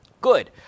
Good